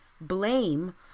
blame